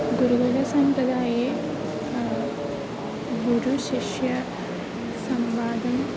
गुरुकुलसम्प्रदाये गुरुशिष्यसंवादः